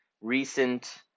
recent